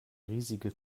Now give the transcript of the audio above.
riesige